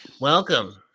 Welcome